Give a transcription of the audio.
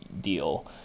deal